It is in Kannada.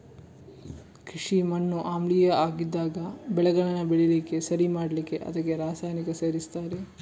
ಕೃಷಿ ಮಣ್ಣು ಆಮ್ಲೀಯ ಆಗಿದ್ದಾಗ ಬೆಳೆಗಳನ್ನ ಬೆಳೀಲಿಕ್ಕೆ ಸರಿ ಮಾಡ್ಲಿಕ್ಕೆ ಅದಕ್ಕೆ ರಾಸಾಯನಿಕ ಸೇರಿಸ್ತಾರೆ